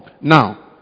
Now